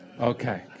Okay